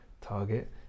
target